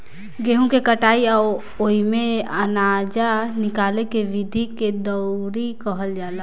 गेहूँ के कटाई आ ओइमे से आनजा निकाले के विधि के दउरी कहल जाला